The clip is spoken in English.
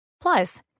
Plus